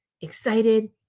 excited